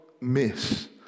miss